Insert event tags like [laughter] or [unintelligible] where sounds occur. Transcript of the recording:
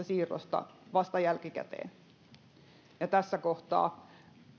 [unintelligible] siirron ajankohdasta vasta jälkikäteen ja tässä kohtaa